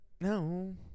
No